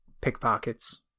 pickpockets